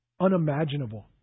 unimaginable